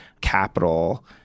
capital